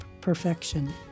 perfection